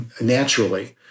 naturally